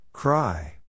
Cry